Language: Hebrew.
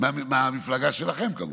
מהמפלגה שלכם, כמובן.